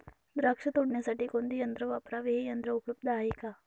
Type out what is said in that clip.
द्राक्ष तोडण्यासाठी कोणते यंत्र वापरावे? हे यंत्र उपलब्ध आहे का?